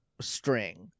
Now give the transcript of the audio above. string